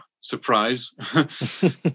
surprise